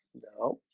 no,